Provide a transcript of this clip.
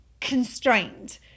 constrained